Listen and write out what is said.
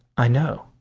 i know,